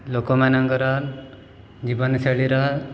ଲୋକମାନଙ୍କର ଜୀବନଶୈଳୀର